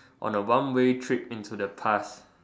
on a one way trip into the past